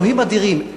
אלוהים אדירים,